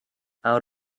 out